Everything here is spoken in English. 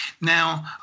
Now